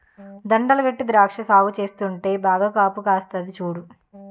దడులు గట్టీ ద్రాక్ష సాగు చేస్తుంటే బాగా కాపుకాస్తంది సూడు